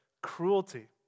cruelty